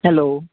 hello